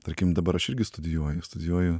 tarkim dabar aš irgi studijuoju studijuoju